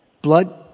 Blood